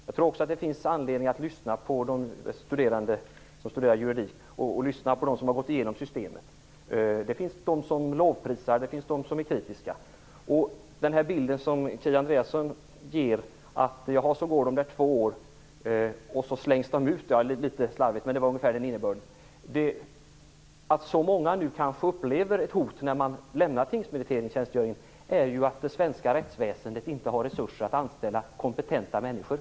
Jag tror också att det finns anledning att lyssna på dem som studerar juridik och på dem som har tagit sig igenom systemet. Det finns de som lovprisar systemet, och det finns de som är kritiska. Kia Andreasson ger en bild av att notarierna går sina två år och sedan blir utslängda. Det var en slarvig beskrivning, men det var ungefär den innebörden i hennes bild. Att så många upplever ett sådant hot när de lämnar notarietjänstgöringen, beror ju på att det svenska rättsväsendet inte har resurser att anställa kompetenta människor.